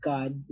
God